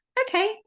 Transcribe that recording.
okay